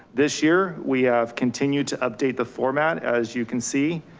this year. we have continued to update the format. as you can see,